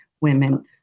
women